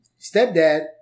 stepdad